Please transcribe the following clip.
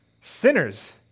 sinners